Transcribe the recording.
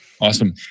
Awesome